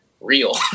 real